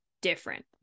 different